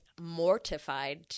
mortified